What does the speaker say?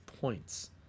points